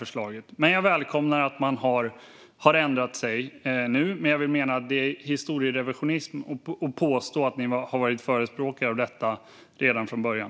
Jag välkomnar att ni nu har ändrat er. Men jag vill mena att det är historierevisionism att påstå att ni har varit förespråkare av detta redan från början.